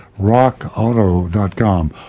rockauto.com